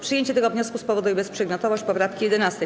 Przyjęcie tego wniosku spowoduje bezprzedmiotowość poprawki 11.